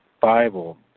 Bible